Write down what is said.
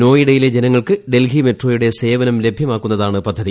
നോയ്ഡയിലെ ജനങ്ങൾക്ക് ഡൽഹി മെട്രോയുടെ സേവനം ലഭ്യമാക്കുന്നതാണ് പദ്ധതി